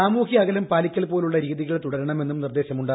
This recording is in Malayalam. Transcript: സാമൂഹ്യ അകലം പാലിക്കൽ പോലുള്ള രീതികൾ തുടരണമെന്നും നിർദ്ദേശമുണ്ട്